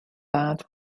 bad